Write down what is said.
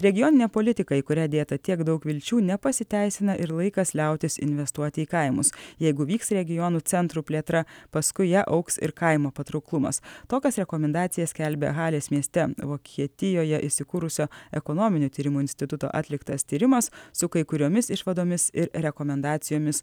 regioninė politika į kurią dėta tiek daug vilčių nepasiteisina ir laikas liautis investuoti į kaimus jeigu vyks regionų centrų plėtra paskui ją augs ir kaimo patrauklumas tokias rekomendacijas skelbia halės mieste vokietijoje įsikūrusio ekonominių tyrimų instituto atliktas tyrimas su kai kuriomis išvadomis ir rekomendacijomis